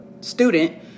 student